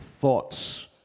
thoughts